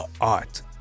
art